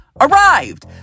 arrived